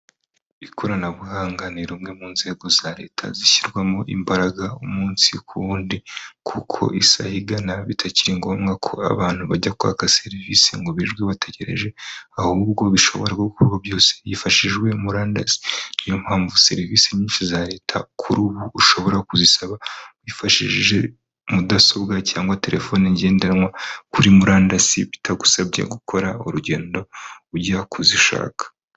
Ikoranabuhanga ni rumwe mu nzego za leta zishyirwamo imbaraga umunsi ku wundi kuko isi aho igana bitakiri ngombwa ko abantu bajya kwaka serivisi ngo birirwe bategereje ahubwo bishobora kubaho byose hifashishijwe morandasi, niyo mpamvu serivisi nyinshi za leta kuri ubu ushobora kuzisaba wifashishije mudasobwa cyangwa telefone ngendanwa kuri murandasi bitagusabye gukora urugendo ujya kuzishaka.